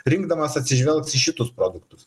rinkdamas atsižvelgs į šitus produktus